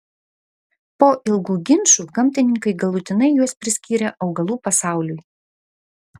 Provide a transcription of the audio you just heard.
po ilgų ginčų gamtininkai galutinai juos priskyrė augalų pasauliui